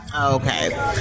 Okay